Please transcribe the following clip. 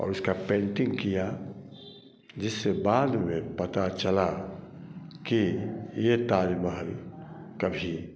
और इसका पेंटिंग किया जिसके बाद में पता चला कि यह ताजमहल कभी